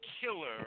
killer